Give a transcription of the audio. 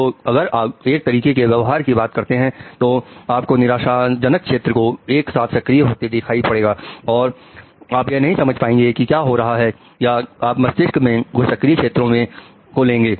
तो अगर आप 1 तरीके के व्यवहार की बात करते हैं तो आपको निराशाजनक क्षेत्र को एक साथ सक्रिय होते दिखाई पड़ेगा और आप यह नहीं समझ पाएंगे कि क्या हो रहा है या आप मस्तिष्क के कुछ सक्रिय क्षेत्रों को लेंगे